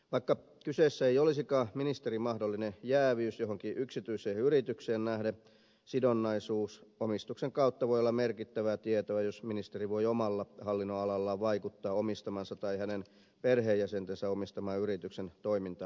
vaikka kyseessä ei olisikaan ministerin mahdollinen jääviys johonkin yksityiseen yritykseen nähden sidonnaisuus omistuksen kautta voi olla merkittävää tietoa jos ministeri voi omalla hallinnonalallaan vaikuttaa omistamansa tai hänen perheenjäsentensä omistaman yrityksen toimintaedellytyksiin